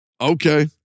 Okay